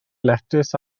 letys